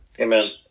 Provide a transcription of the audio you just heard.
Amen